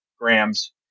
grams